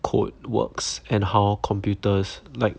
code works and how computers like